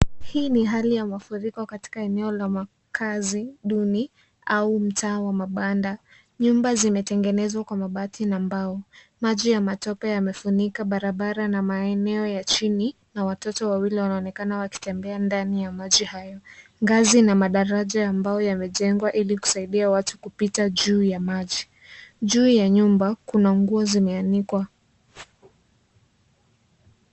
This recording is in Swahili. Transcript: Hii ni hali ya mafuriko katika eneo la makazi duni au mtaa wa mabanda. Nyumba zimetengenezwa kwa mabati na mbao. Maji ya matope yamefunika barabara na maeneo ya chini na watoto wawili wanaonekana wakitembea ndani ya maji hayo. Ngazi na madaraja ya mbaoa yamejengwa ili kusaidia watu kupita juu ya maji. Juu ya nyumba kuna nguo zimeanikwa.